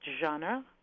genre